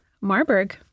Marburg